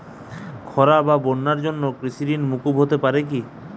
খরা বা বন্যার জন্য কৃষিঋণ মূকুপ হতে পারে কি?